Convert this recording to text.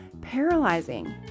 paralyzing